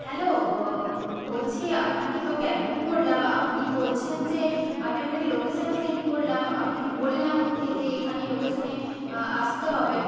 hello বলছি আপনাকে তো ক্যাব বুক করলাম আপনি বলছেন যে আমি আপনাকে লোকেশানও সেণ্ড করলাম আপনাকে বললাম মুখে যে এখানে লোকেশানে আসতে হবে